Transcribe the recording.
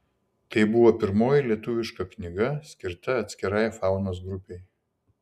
tai pirmoji lietuviška knyga skirta atskirai faunos grupei